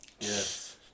yes